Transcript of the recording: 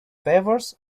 favours